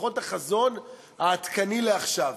לפחות החזון העדכני לעכשיו?